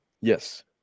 Yes